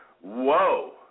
whoa